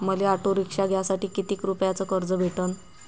मले auto rickshaw घ्यासाठी कितीक रुपयाच कर्ज भेटनं?